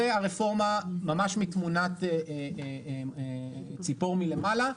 זו הרפורמה ממש מתמונת ציפור מלמעלה,